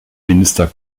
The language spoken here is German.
minister